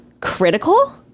critical